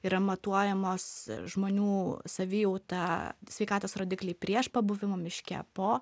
yra matuojamos žmonių savijauta sveikatos rodikliai prieš pabuvimą miške po